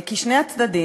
כי שני הצדדים,